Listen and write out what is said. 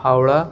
Howrah